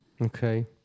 Okay